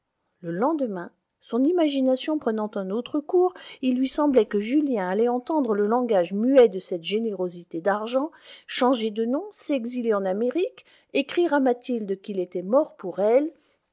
le lendemain son imagination prenant un autre cours il lui semblait que julien allait entendre le langage muet de cette générosité d'argent changer de nom s'exiler en amérique écrire à mathilde qu'il était mort pour elle